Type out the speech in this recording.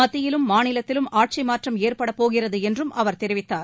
மத்தியிலும் மாநிலத்திலும் ஆட்சி மாற்றம் ஏற்படப் போகிறது என்றும் அவர் தெரிவித்தார்